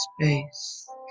space